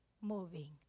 moving